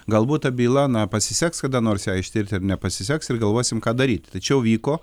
galbūt ta byla na pasiseks kada nors ją ištirti ar nepasiseks ir galvosim ką daryt tačiau vyko